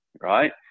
right